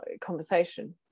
conversation